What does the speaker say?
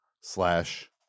slash